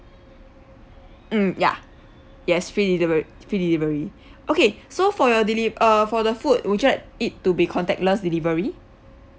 mm ya yes free delive~ free delivery okay so for your deli~ uh for the food would like it to be contactless delivery